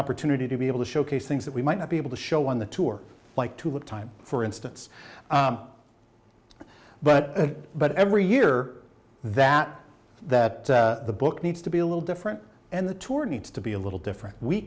opportunity to be able to showcase things that we might not be able to show on the tour like to have time for instance but but every year that that book needs to be a little different and the tour needs to be a little different we